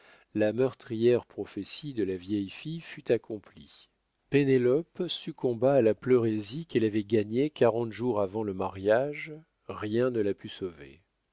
la meurtrière prophétie de la vieille fille fut accomplie pénélope succomba à la pleurésie qu'elle avait gagnée quarante jours avant le mariage rien ne la put sauver